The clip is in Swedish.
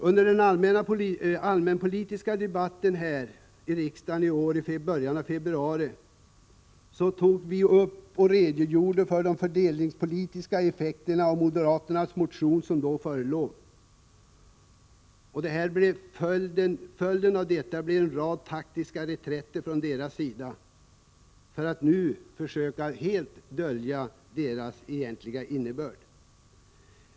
Under den allmänpolitiska debatten här i riksdagen i början av februari i år redogjorde vi för de fördelningspolitiska effekterna av den moderata motion som då förelåg. Följden av detta blev en rad taktiska reträtter från moderaternas sida, och nu försöker de helt dölja motionens egentliga innebörd.